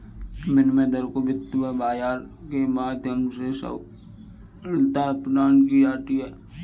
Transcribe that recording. विनिमय दर को वित्त बाजार के माध्यम से सबलता प्रदान की जाती है